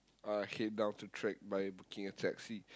uh came down to track by booking a taxi